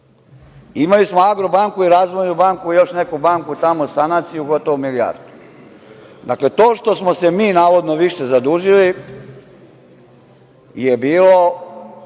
Imali smo „Agrobanku“ i „Razvojnu banku“ i još neku banku tamo, sanaciju gotovo milijardu. Dakle, to što smo se mi navodno više zadužili je bio